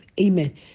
Amen